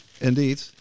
Indeed